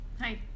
Hi